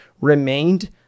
remained